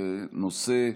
בנושא: